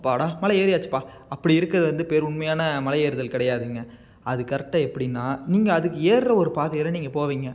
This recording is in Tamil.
அப்பாடா மலை ஏறியாச்சுப்பா அப்படி இருக்கிறது வந்து பேர் உண்மையான மலை ஏறுதல் கிடையாதுங்க அது கரெக்டாக எப்படின்னா நீங்கள் அதுக்கு ஏர்ற ஒரு பாதையில் நீங்கள் போவீங்க